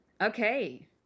Okay